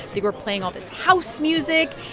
they were playing all this house music,